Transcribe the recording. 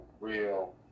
real